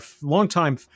longtime